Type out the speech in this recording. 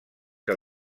que